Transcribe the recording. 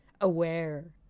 aware